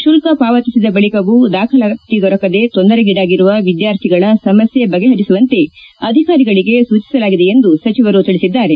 ಶುಲ್ಲ ಪಾವತಿಸಿದ ಬಳಿಕವೂ ದಾಖಲಾತಿ ದೊರಕದೆ ತೊಂದರೆಗೀಡಾಗಿರುವ ವಿದ್ಯಾರ್ಥಿಗಳ ಸಮಸ್ನ ಬಗೆಹರಿಸುವಂತೆ ಅಧಿಕಾರಿಗಳಿಗೆ ಸೂಚಿಸಲಾಗಿದೆ ಎಂದು ಸಚಿವರು ತಿಳಿಸಿದ್ದಾರೆ